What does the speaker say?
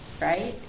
right